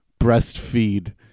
breastfeed